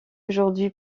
aujourd’hui